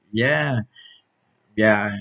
ya ya